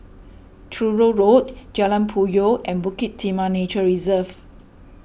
Truro Road Jalan Puyoh and Bukit Timah Nature Reserve